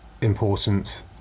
important